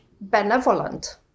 benevolent